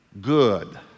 good